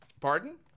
Pardon